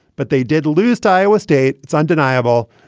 but they did lose the iowa state. it's undeniable.